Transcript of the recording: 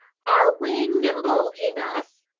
are we nimble enough